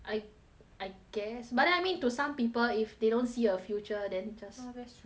I guess but then I mean to some people if they don't see a future then just oh that's true